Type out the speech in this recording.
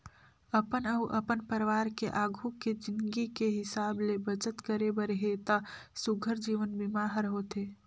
अपन अउ अपन परवार के आघू के जिनगी के हिसाब ले बचत करे बर हे त सुग्घर जीवन बीमा हर होथे